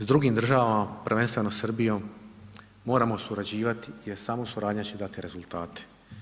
S drugim državama prvenstveno Srbijom moramo surađivati jer samo suradnja će dati rezultate.